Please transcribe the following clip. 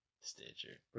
Stitcher